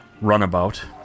runabout